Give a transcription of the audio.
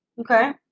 Okay